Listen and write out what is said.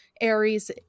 Aries